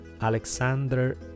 Alexander